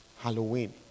Halloween